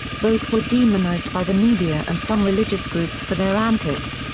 both were demonized by the media and some religious groups for their antics.